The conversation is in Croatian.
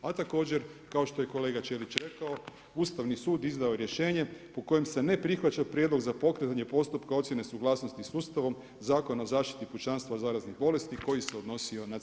A također, kao što je kolega Čelič rekao, Ustavni sud je izdao rješenje u kojem se ne prihvaća prijedlog za pokretanje postupka ocjene suglasnosti sustavom Zakonom o zaštiti pučanstva od zaraznih bolesti koji se odnosio na cijepio.